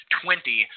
twenty